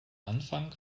anfang